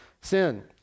sin